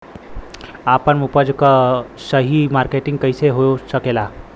आपन उपज क सही मार्केटिंग कइसे हो सकेला?